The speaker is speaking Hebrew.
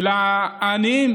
לעניים